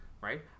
right